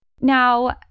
Now